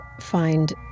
find